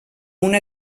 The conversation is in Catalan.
una